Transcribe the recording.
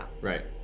Right